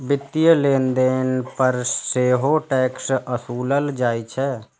वित्तीय लेनदेन पर सेहो टैक्स ओसूलल जाइ छै